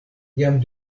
jam